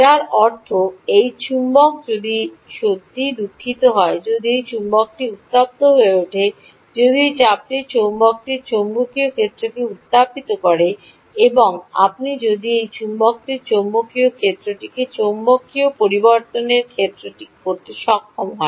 যার অর্থ এই চুম্বক যদি দুঃখিত যদি এই চৌম্বকটি উত্তপ্ত হয়ে ওঠে যদি এই চাপটি চৌম্বকটির চৌম্বকীয় ক্ষেত্রটি উত্তাপিত করে এবং যদি আপনি এই চৌম্বকটির চৌম্বকীয় চৌম্বকীয় ক্ষেত্রটি চৌম্বকীয় পরিবর্তনের চৌম্বকীয় ক্ষেত্রটি পড়তে সক্ষম হন